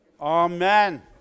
Amen